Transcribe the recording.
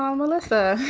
um melissa?